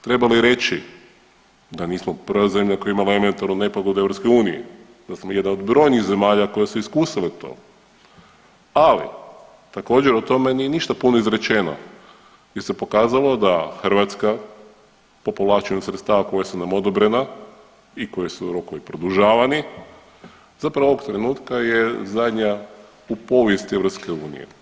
Treba li reći da nismo prva zemlja koja je imala elementarnu nepogodu u EU, da smo mi jedna od brojnih zemalja koje su iskusile to, ali također o tome nije ništa puno izrečeno jer se pokazalo da Hrvatska po povlačenju sredstva koja su nam odobrena i koji su rokovi produžavani zapravo ovog trenutka je zadnja u povijesti EU.